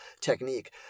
technique